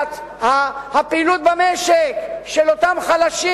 והפעילות במשק של אותם חלשים,